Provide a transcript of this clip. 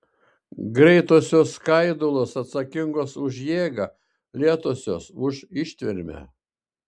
greitosios skaidulos atsakingos už jėgą lėtosios už ištvermę